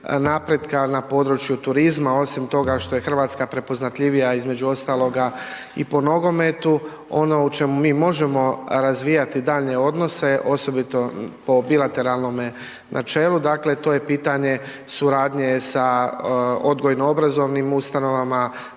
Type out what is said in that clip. napretka na području turizma, osim toga što je Hrvatska prepoznatljivija, između ostaloga i po nogometu, ono u čemu mi možemo razvijati daljnje odnose, osobito po bilateralnome načelu, to je pitanje suradnje sa odgojno-obrazovnim ustanovama,